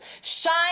shine